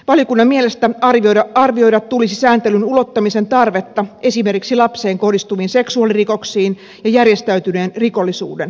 valiokunnan mielestä arvioida tulisi sääntelyn ulottamisen tarvetta esimerkiksi lapseen kohdistuviin seksuaalirikoksiin ja järjestäytyneen rikollisuuden rikoksiin